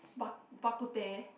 Bak Bak-Kut-Teh